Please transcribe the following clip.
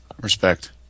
Respect